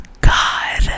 god